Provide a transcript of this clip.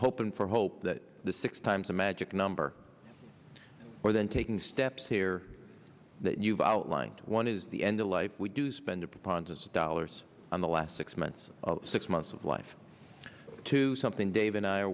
hoping for hope that the six times the magic number or then taking steps here that you've outlined one is the end of life we do spend a preponderance of dollars on the last six months six months of life to something dave and i are